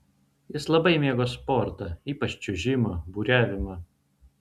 jis labai mėgo sportą ypač čiuožimą buriavimą